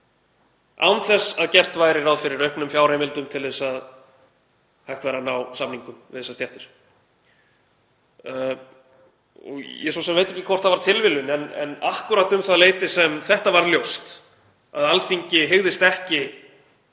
án þess að gert væri ráð fyrir auknum fjárheimildum til að hægt væri að ná samningum við þessar stéttir. Ég veit svo sem ekki hvort það var tilviljun en akkúrat um það leyti sem það var ljóst að Alþingi hygðist ekki